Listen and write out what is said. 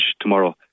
tomorrow